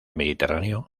mediterráneo